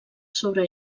sobre